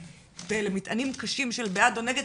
ואלה מטענים קשים של בעד או נגד.